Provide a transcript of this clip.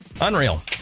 Unreal